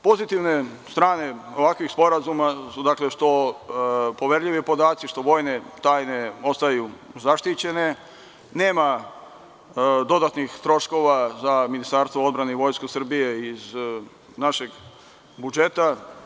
Pozitivne strane ovakvih sporazuma su što poverljivi podaci, vojne tajne ostaju zaštićene, nema dodatnih troškova za Ministarstvo odbrane i Vojsku Srbije iz našeg budžeta.